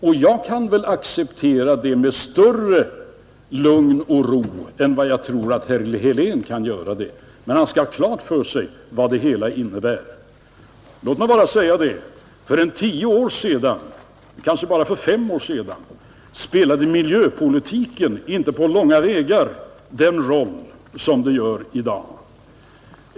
Jag tror jag kan acceptera detta med större lugn och ro än vad herr Helén kan göra, men man bör ha klart för sig vad det hela innebär. För tio år sedan eller för bara fem år sedan spelade miljöpolitiken inte på långa vägar samma roll som den gör i dag.